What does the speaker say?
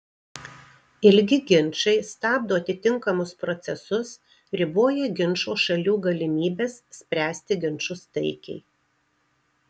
ilgi ginčai stabdo atitinkamus procesus riboja ginčo šalių galimybes spręsti ginčus taikiai